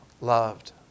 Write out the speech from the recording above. loved